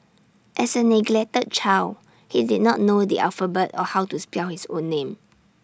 as A neglected child he did not know the alphabet or how to spell his own name